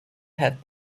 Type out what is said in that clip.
had